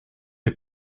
les